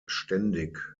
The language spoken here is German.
ständig